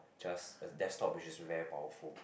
just a desktop which is very powerful